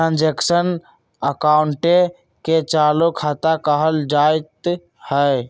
transaction अकाउंटे के चालू खता कहल जाइत हइ